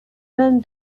men